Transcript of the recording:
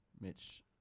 Mitch